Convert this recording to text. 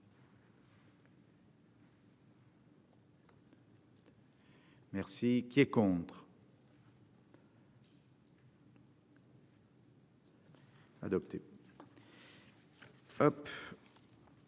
Merci qui est contre. Adopté,